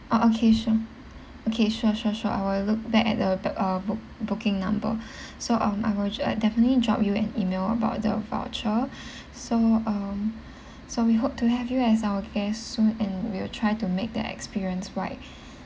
ah okay okay sure sure sure I will look back at the uh book~ booking number so um I will definitely drop you an email about the voucher so um so we hope to have you as our guest soon and we'll try to make the experience right